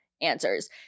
answers